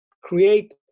create